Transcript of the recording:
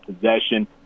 possession